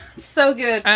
so good.